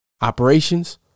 Operations